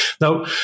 Now